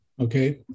Okay